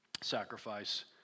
sacrifice